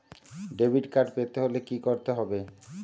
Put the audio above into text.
Debit card পেতে হলে কি করতে হবে?